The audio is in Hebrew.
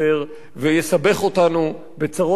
ויסבך אותנו בצרות נוספות,